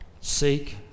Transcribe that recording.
seek